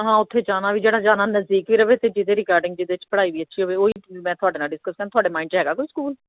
ਹਾਂ ਹਾਂ ਉੱਥੇ ਜਾਣਾ ਵੀ ਜਿਹੜਾ ਜਾਣਾ ਨਜ਼ਦੀਕੀ ਰਹੇ ਅਤੇ ਜਿਹਦੇ ਰਿਗਾਰਡਿੰਗ ਜਿਹਦੇ ਵਿੱਚ ਪੜ੍ਹਾਈ ਵੀ ਅੱਛੀ ਹੋਵੇ ਉਹੀ ਮੈਂ ਤੁਹਾਡੇ ਨਾਲ ਡਿਸਕਸ ਕਰਨੀ ਤੁਹਾਡੇ ਮਾਇੰਡ 'ਚ ਹੈਗਾ ਕੋਈ ਸਕੂਲ